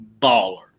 baller